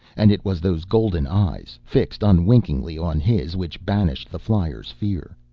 and it was those golden eyes, fixed unwinkingly on his, which banished the flyer's fear.